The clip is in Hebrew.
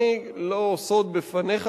לא סוד בפניך,